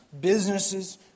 businesses